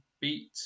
Beat